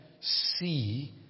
see